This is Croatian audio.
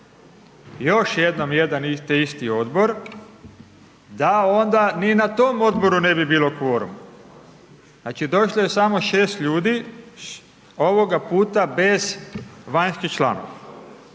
još jednom jedan te isti odbor da onda ni na tom odboru ne bi bilo kvoruma, znači, došlo je samo 6 ljudi, ovoga puta bez vanjskih članova